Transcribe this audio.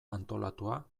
antolatua